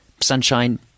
sunshine